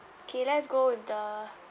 K let's go with the